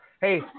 hey